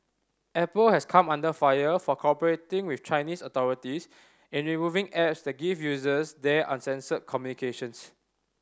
Apple has come under fire for cooperating with Chinese authorities in removing apps that give users there uncensored communications